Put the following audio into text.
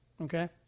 okay